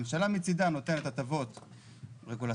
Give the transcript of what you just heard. הממשלה מצידה נותנת הטבות רגולטוריות,